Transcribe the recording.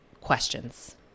questions